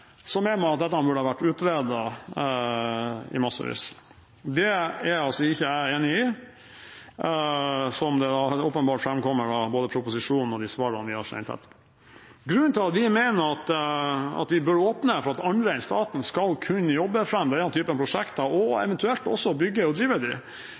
mener man at dette burde ha vært utredet i massevis. Det er altså ikke jeg enig i, som det åpenbart framkommer av både proposisjonen og de svarene vi har sendt etterpå. Grunnen til at vi mener at vi bør åpne for at andre enn staten skal kunne jobbe fram denne typen prosjekter og